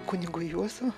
kunigo juozo